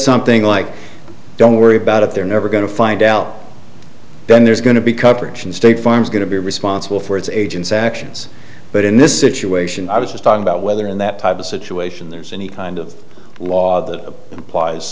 something like don't worry about it they're never going to find out then there's going to be coverage in state farm's going to be responsible for its agents actions but in this situation i was just talking about whether in that type of situation there's any kind of law that implies